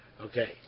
Okay